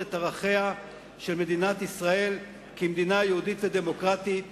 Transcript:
את ערכיה של מדינת ישראל כמדינה יהודית ודמוקרטית".